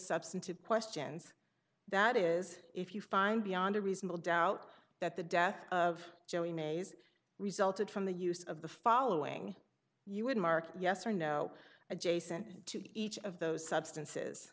substantive questions that is if you find beyond a reasonable doubt that the death of joey maes resulted from the use of the following you would mark yes or no adjacent to each of those substances